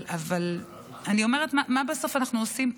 אבל אני אומרת, מה בסוף אנחנו עושים פה?